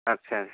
ଆଚ୍ଛା